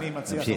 תמשיך.